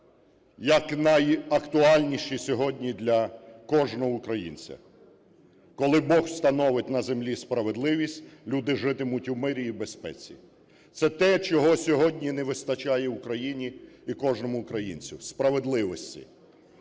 якнайактуальніші сьогодні для кожного українця. Коли Бог встановить на землі справедливість, люди житимуть у мирі і безпеці. Це те, чого сьогодні не вистачає Україні і кожному українцю – справедливості.